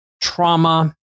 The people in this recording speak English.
trauma